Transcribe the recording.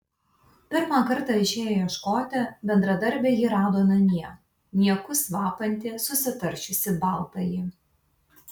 pirmą kartą išėję ieškoti bendradarbiai jį rado namie niekus vapantį susitaršiusį baltąjį